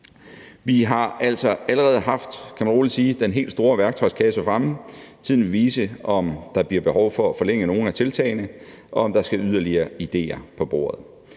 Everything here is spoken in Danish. kan man rolig sige, den helt store værktøjskasse fremme. Tiden vil vise, om der bliver behov for at forlænge nogle af tiltagene, og om der skal yderligere idéer på bordet.